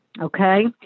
okay